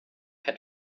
had